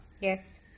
Yes